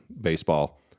baseball